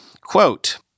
quote